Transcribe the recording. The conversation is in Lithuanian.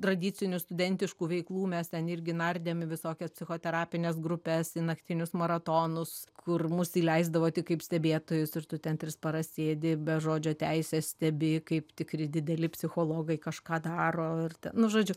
tradicinių studentiškų veiklų mes ten irgi nardėm į visokias psichoterapines grupes naktinius maratonus kur mus įleisdavo tik kaip stebėtojus ir tu ten tris paras sėdi be žodžio teisės stebi kaip tikri dideli psichologai kažką daro ir nu žodžiu